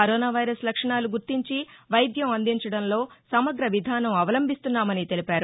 corona virus లక్షణాలు గుర్తించి వైద్యం అందించడంలో సమగ్ర విధానం అవలంభిస్తున్నామని తెలిపారు